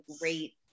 great